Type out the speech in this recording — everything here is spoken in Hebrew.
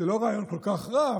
זה לא רעיון כל כך רע,